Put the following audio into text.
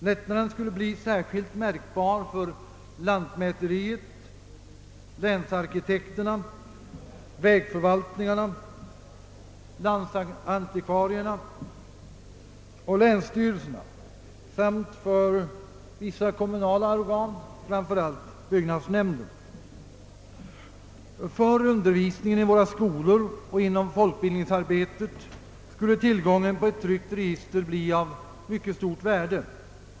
Lättnaden skulle bli särskilt märkbar för lantmäteriet, länsarkitekterna, vägförvaltningarna, landsantikvarierna och länsstyrelserna samt för vissa kommunala organ, framför allt byggnadsnämnderna. För undervisningen i våra skolor och inom folkbildningsarbetet skulle tillgången på ett tryckt register bli av mycket stort värde.